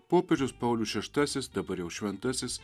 popiežius paulius šeštasis dabar jau šventasis